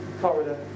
corridor